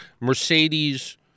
Mercedes